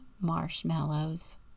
marshmallows